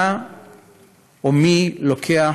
מה או מי לוקח